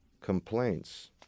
complaints